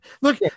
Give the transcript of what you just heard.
Look